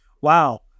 wow